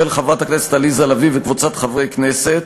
של חברת הכנסת עליזה לביא וקבוצת חברי הכנסת,